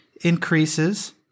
increases